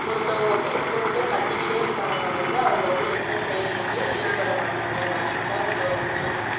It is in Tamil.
ஒருத்தங்க வந்து எப்போதுமே கத்திக்கிட்டே இருந்தாங்கனால் வந்து அவங்க வந்து எந்த செயல்லேயுமே ஈடுபட மாட்டாங்க அதுக்கு தான் இதோடய மீனிங்